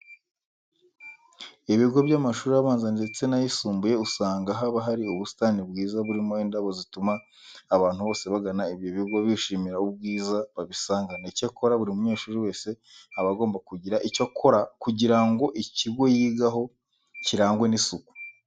Ku bigo by'amashuri abanza ndetse n'ayisumbuye usanga haba hari ubusitani bwiza burimo indabo zituma abantu bose bagana ibyo bigo bishimira ubwiza babisangana. Icyakora buri munyeshuri wese aba agomba kugira icyo akora kugira ngo ikigo yigaho kirangwe n'isuku.